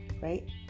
right